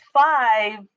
five